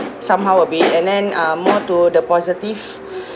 somehow a bit and then uh more to the positive